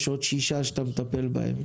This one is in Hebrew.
יש עוד שישה שאתה מטפל בהם.